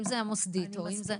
אם זה המוסדית --- צריך לטפל בזה.